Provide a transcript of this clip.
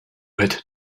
had